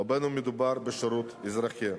ובין שמדובר בשירות אזרחי.